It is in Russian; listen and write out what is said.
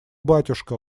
батюшка